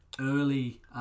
early